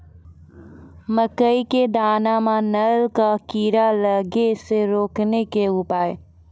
मकई के दाना मां नल का कीड़ा लागे से रोकने के उपाय?